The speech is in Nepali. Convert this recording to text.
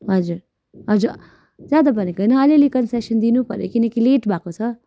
हजुर हजुर ज्यादा भनेको होइन अलिअलि कन्सेसन दिनुपऱ्यो किन कि लेट भएको छ